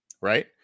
right